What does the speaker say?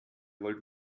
wollt